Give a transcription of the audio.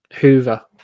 Hoover